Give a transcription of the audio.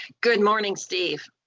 good morning, steve.